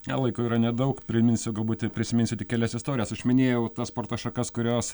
ne laiko yra nedaug priminsiu galbūt ir prisiminsiu tik kelias istorijas aš minėjau tas sporto šakas kurios